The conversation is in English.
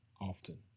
often